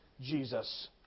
Jesus